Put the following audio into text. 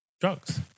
drugs